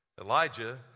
Elijah